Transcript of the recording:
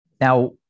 Now